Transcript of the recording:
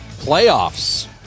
Playoffs